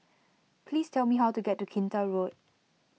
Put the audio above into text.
please tell me how to get to Kinta Road